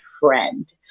friend